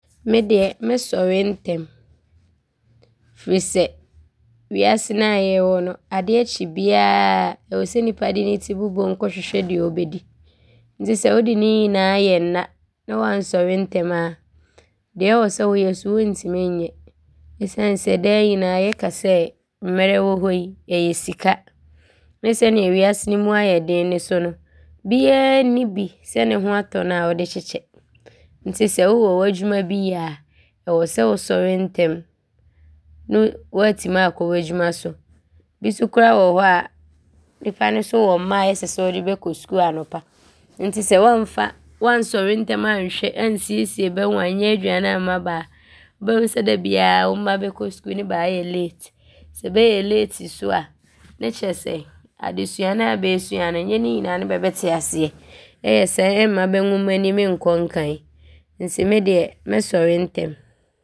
Ndeɛ mɛsɔre ntɛm firi sɛ wiase no a yɛwɔ no, adeɛ kye biaa ɔsɛ sɛ nnipa de ne ti bobom kɔhwehwɛ deɛ ɔbɛdi nti sɛ wode ne nyinaa yɛ nna ne woansɔre ntɛm a, deɛ ɔwɔ sɛ woyɛ so wontim nyɛ esiane sɛ daa nyinaa yɛka sɛ mmerɛ wɔ hɔ yi, ɔyɛ sika. Ne sɛdeɛ wiase no mu ayɛ den ne so no, biaa nni bi sɛ ne ho atɔ no a ɔdekyekyɛ. Sɛ wowɔ w’adwuma bi yɛ a, ɔwɔ sɛ wosɔre ntɛm ne woaatim aakɔ w’adwuma so. Bi so koraa wɔ hɔ a, nnipa ne so wɔ mma a ɔsɛ sɛ ɔde bɛkɔ sukuu anɔpa nti sɛ woamfa, woansɔre ntɛm anhwɛ ansiesie bɛ ho anyɛ aduane amma bɛ a, wobɛhu sɛ dabiaa wo mma bɛkɔ sukuu ne bɛaayɛ leeti. Sɛ bɛyɛ leeti so a ne kyerɛ sɛ adesua no a bɛɛsua no nyɛ ne nyinaa ne bɛbɛte aseɛ. Ɔyɛ saa, ɔmma bɛ nwomanim nkɔ nkan nti ndeɛ mɛsɔre ntɛm.